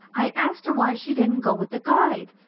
i asked her why she didn't go with the guide.